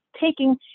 taking